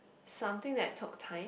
something that took time